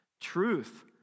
truth